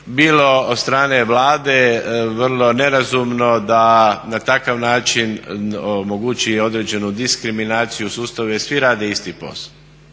bilo od strane Vlade vrlo nerazumno da na takav način omogući i određenu diskriminaciju u sustavu, jer svi rade isti posao.